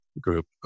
group